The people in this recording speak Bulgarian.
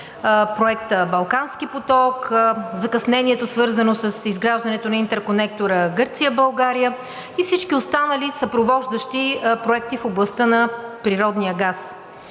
проекта „Балкански поток“, закъснението, свързано с изграждането на интерконектора Гърция – България и всички останали съпровождащи проекти в областта на природния газ.